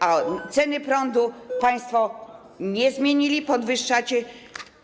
A ceny prądu państwo nie zmienili, podwyższacie ją.